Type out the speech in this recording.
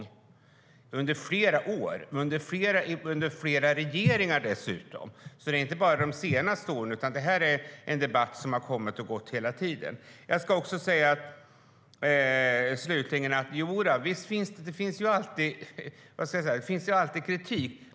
Så har det varit under flera år, och dessutom under flera regeringar. Det gäller alltså inte bara de senaste åren, utan det är en debatt som har kommit och gått hela tiden. Jo då, det finns alltid kritik.